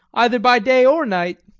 either by day or night.